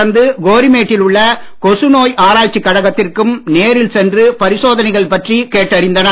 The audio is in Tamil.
தொடர்ந்து கோரிமேட்டில் உள்ள கொசு நோய் ஆராய்ச்சி கழகத்திற்கும் நேரில் சென்று பரிசோதனைகள் பற்றி கேட்டறிந்தனர்